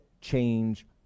change